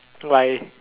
like